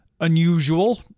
unusual